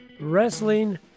Wrestling